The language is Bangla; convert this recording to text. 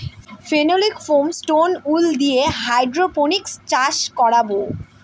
ফেনোলিক ফোম, স্টোন উল দিয়ে সব হাইড্রোপনিক্স চাষ করাবো